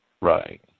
Right